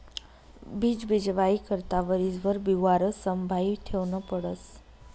बीज बीजवाई करता वरीसभर बिवारं संभायी ठेवनं पडस